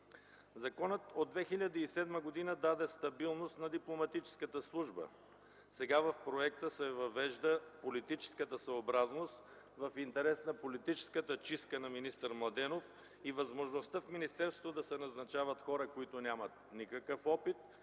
Законът от 2007 г. даде стабилност на Дипломатическата служба. Сега с проекта се въвежда политическата съобразност в интерес на политическата чистка на министър Младенов и възможността в министерството да се назначават хора, които нямат никакъв опит